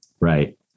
Right